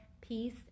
peace